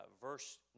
verse